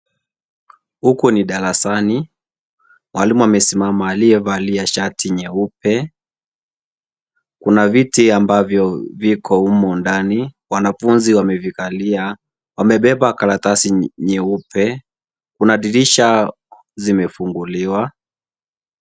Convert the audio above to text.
Huku ni darasani , mwalimu amesimama aliyevalia shati nyeupe . Kuna viti ambavyo viko humo ndani wanafunzi wamevikalia wamebeba karatasi nyeupe . Kuna dirisha zimefunguliwa.